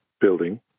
building